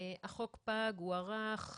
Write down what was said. החוק פג, הוארך,